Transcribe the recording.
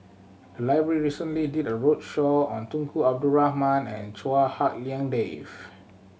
the library recently did a roadshow on Tunku Abdul Rahman and Chua Hak Lien Dave